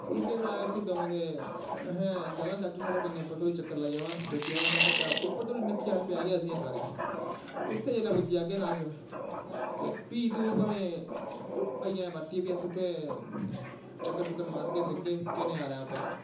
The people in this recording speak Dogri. दऊं फुल्के खलहाए उसी ते अहैं चलां चाचू साढ़े कन्नै उप्पर तक चक्कर लोआई जा उप्पर तक उप्पर नक्किया पजाईआ असें गी इक बारी उत्थें जि सलै पुज्जी जागे ना अस ते फ्ही तूं भामे आई जाया बापस अस चक्कर चुक्कर मारगे उपर दिखगे केह् नजारा ऐ उप्पर